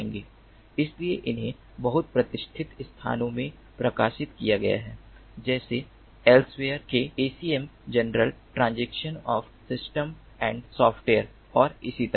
इसलिए इन्हें बहुत प्रतिष्ठित स्थानों में प्रकाशित किया गया है जैसे एल्सव्हेयर के ACM journal transaction of system and software और इसी तरह